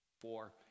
four